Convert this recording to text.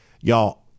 Y'all